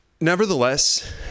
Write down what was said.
Nevertheless